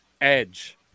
Edge